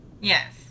Yes